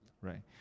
Right